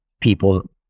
people